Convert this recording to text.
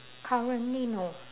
currently no